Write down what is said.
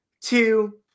two